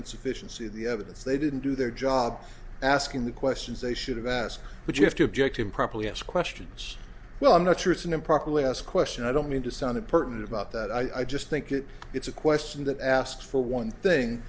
insufficiency of the evidence they didn't do their job asking the questions they should have asked but you have to object improperly ask questions well i'm not sure it's an improper last question i don't mean to sound important about that i just think it it's a question that asked for one thing